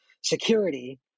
security